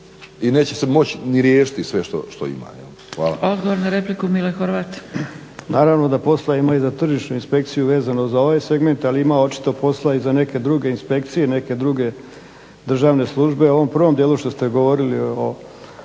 i neće se moći ni riješiti sve što ima. Hvala. **Zgrebec, Dragica (SDP)** Odgovor na repliku, Mile Horvat. **Horvat, Mile (SDSS)** Naravno da posla ima i za tržišnu inspekciju vezano za ovaj segment, ali ima očito posla i za neke druge inspekcije, neke druge državne službe. U ovom prvom dijelu što ste govorili o